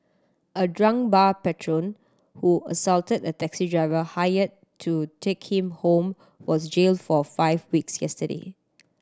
a drunk bar patron who assaulted a taxi driver hired to take him home was jailed for five weeks yesterday